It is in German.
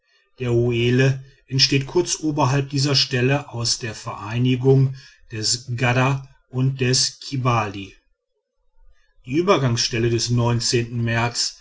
der uelle entsteht kurz oberhalb dieser stelle aus der vereinigung des gadda und des kibali die übergangsstelle des märz